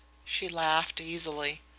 she laughed easily.